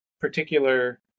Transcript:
particular